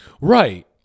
Right